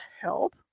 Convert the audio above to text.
help